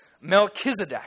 Melchizedek